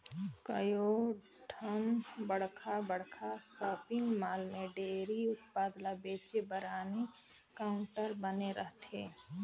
कयोठन बड़खा बड़खा सॉपिंग मॉल में डेयरी उत्पाद ल बेचे बर आने काउंटर बने रहथे